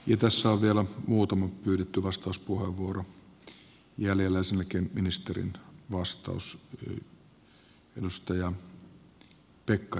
tässä on vielä muutama pyydetty vastauspuheenvuoro jäljellä ja sen jälkeen ministerin vastaus